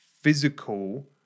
physical